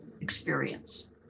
experience